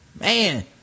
Man